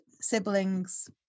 siblings